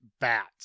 bat